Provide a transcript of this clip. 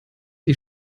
die